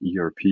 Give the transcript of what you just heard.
ERP